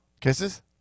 Kisses